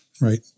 right